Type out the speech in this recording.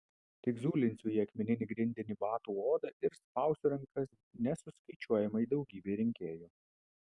tik zulinsiu į akmeninį grindinį batų odą ir spausiu rankas nesuskaičiuojamai daugybei rinkėjų